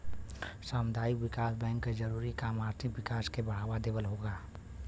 सामुदायिक विकास बैंक के जरूरी काम आर्थिक विकास के बढ़ावा देवल होला